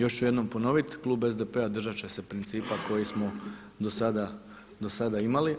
Još ću jednom ponoviti klub SDP-a držati će se principa koji smo do sada imali.